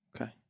Okay